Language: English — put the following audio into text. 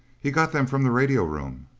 he got them from the radio room.